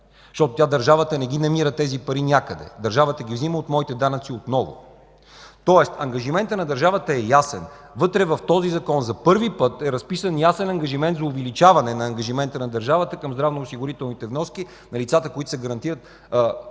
Защото държавата не ги намира тези пари някъде, държавата ги взема от моите данъци отново. Тоест ангажиментът на държавата е ясен. В този Закон за първи път е разписан ясен ангажимент за увеличаване ангажимента на държавата към здравноосигурителни вноски на лицата, които гарантират